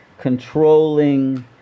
controlling